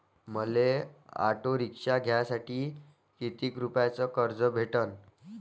मले auto rickshaw घ्यासाठी कितीक रुपयाच कर्ज भेटनं?